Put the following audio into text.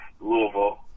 Louisville